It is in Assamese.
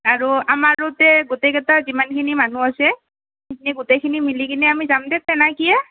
আৰু আমাৰো তে গোটেইকেইটা যিমানখিনি মানুহ আছে এংকে গোটেইখিনি মিলি কিনে আমি যাম দে তেনা কি এ